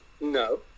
No